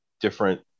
different